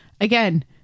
again